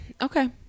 Okay